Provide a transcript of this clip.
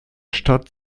stadt